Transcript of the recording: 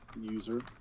user